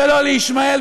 ולא לישמעאל,